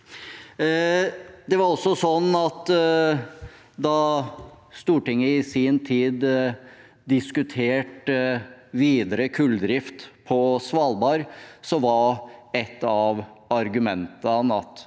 Da Stortinget i sin tid diskuterte videre kulldrift på Svalbard, var også et av argumentene at